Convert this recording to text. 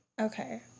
Okay